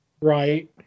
Right